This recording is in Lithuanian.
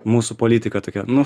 mūsų politika tokia nu